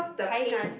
Tainan